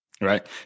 Right